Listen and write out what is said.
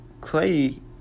Clay